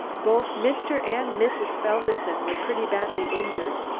both mr. and mrs. felderson were pretty badly injured.